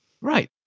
right